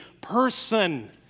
person